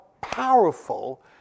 powerful